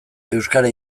euskara